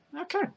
Okay